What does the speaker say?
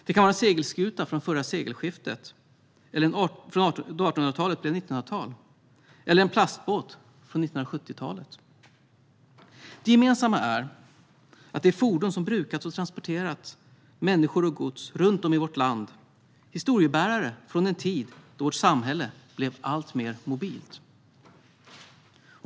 Det kan vara en segelskuta från förra sekelskiftet, då 1800-talet blev 1900-tal, eller en plastbåt från 1970-talet. Det gemensamma är att det rör sig om fordon som har brukats och som har transporterat människor och gods runt om i vårt land. Det rör sig om historiebärare från en tid då vårt samhälle blev allt mer mobilt.